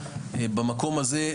במקום הזה,